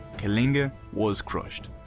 kalinga was crushed,